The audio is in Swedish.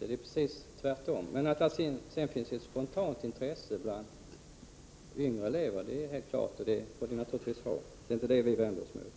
Att det sedan finns ett spontant intresse bland yngre elever är helt klart. Det får de naturligtvis ha — det är inte det vi vänder oss emot.